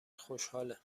خوشحاله